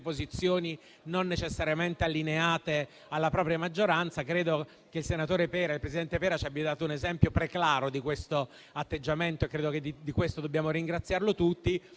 posizioni non necessariamente allineate alla propria maggioranza. E credo che il senatore Pera ci abbia dato un esempio preclaro di questo atteggiamento e penso che di questo dobbiamo ringraziarlo tutti.